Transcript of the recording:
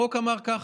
החוק אמר ככה: